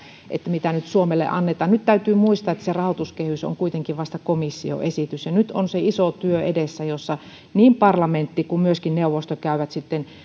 mitä nyt suomelle annetaan nyt täytyy muistaa että se rahoituskehys on kuitenkin vasta komission esitys ja nyt on edessä se iso työ jossa niin parlamentti kuin myöskin neuvosto käyvät